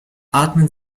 atmen